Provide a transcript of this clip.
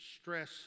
stress